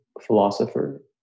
philosopher